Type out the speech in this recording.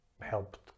helped